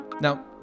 Now